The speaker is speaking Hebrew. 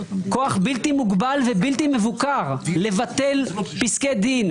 כוח בלתי מוגבל ובלתי מבוקר לבטל פסקי דין,